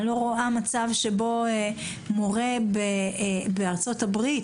אני לא רואה אפשרות שמורה בארצות הברית